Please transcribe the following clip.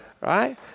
right